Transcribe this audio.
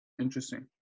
interesting